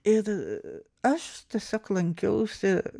ir aš tiesiog lankiausi